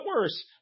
worse